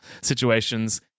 situations